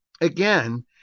again